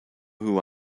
who